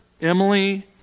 Emily